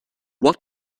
what